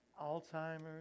Alzheimer's